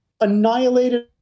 annihilated